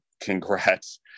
congrats